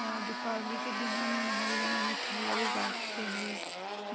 और दीपावली के दिन हम मोहल्ले में मिठाईयाँ भी बाँटते हैं